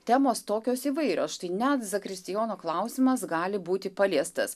temos tokios įvairios štai net zakristijono klausimas gali būti paliestas